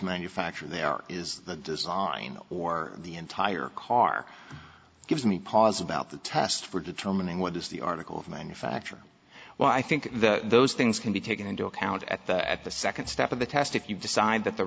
manufacture they are is the design or the entire car gives me pause about the test for determining what is the article of manufacture well i think the those things can be taken into account at the at the second step of the test if you decide that the